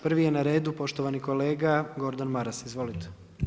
Prvi je na redu poštovani kolega Gordan Maras, izvolite.